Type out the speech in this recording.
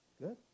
good